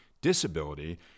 disability